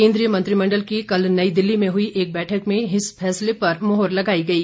केंद्रीय मंत्रिमंडल की कल नई दिल्ली में हुई एक बैठक में इस फैसले पर मोहर लगाई गई